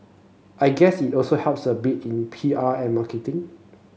I guess it also helps a bit in P R and marketing